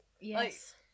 Yes